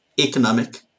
economic